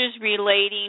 relating